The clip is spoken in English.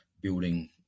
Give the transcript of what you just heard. building